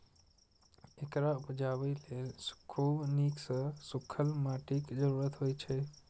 एकरा उपजाबय लेल खूब नीक सं सूखल माटिक जरूरत होइ छै